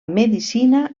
medicina